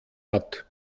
hat